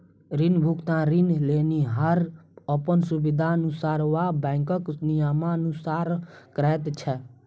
ऋण भुगतान ऋण लेनिहार अपन सुबिधानुसार वा बैंकक नियमानुसार करैत छै